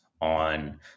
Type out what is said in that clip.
on